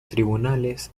tribunales